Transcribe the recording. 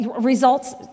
results